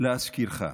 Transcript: להזכירך,